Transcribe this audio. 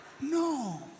no